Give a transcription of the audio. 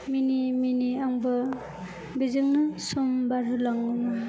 मिनि मिनि आंबो बिजोंनो सम बारहोलाङोमोन